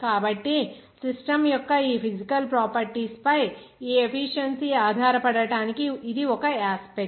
కాబట్టి సిస్టమ్ యొక్క ఈ ఫిజికల్ ప్రాపర్టీస్ ఫై ఈ ఎఫీషియెన్సీ ఆధారపడటానికి ఇది ఒక యాస్పెక్ట్